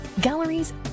galleries